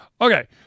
Okay